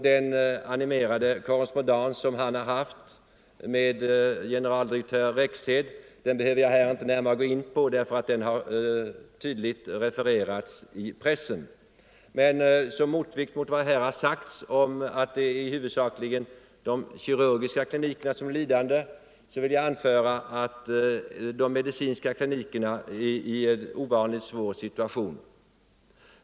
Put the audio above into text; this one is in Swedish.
Den animerade korrespondens som han har haft med generaldirektör Rexed behöver jag inte här närmare gå in på — den har tydligt refererats i pressen. Men som motvikt till vad som här har sagts om att det huvudsakligen är de kirurgiska klinikerna som blir lidande vill jag anföra att de medicinska klinikerna befinner sig i en ovanligt svår situation.